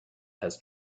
has